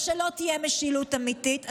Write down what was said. ושלא תהיה משילות אמיתית.